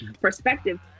perspective